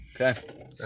Okay